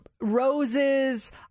roses